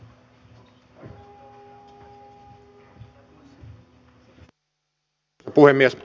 arvoisa puhemies